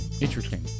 Interesting